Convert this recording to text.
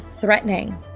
threatening